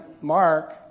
Mark